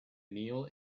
kneel